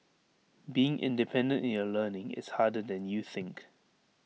being independent in your learning is harder than you think